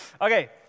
Okay